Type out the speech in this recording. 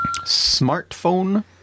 Smartphone